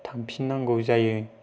थांफिननांगौ जायो